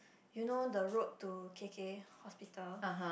you know the road to K_K-Hospital